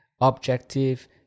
objective